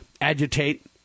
agitate